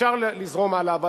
אפשר לזרום הלאה.